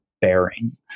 bearing